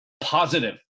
positive